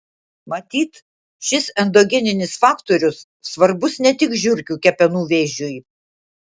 matyt šis endogeninis faktorius svarbus ne tik žiurkių kepenų vėžiui